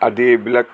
আদি এইবিলাক